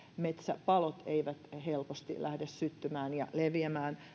metsäpalot eivät helposti lähde syttymään ja leviämään